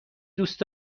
دوست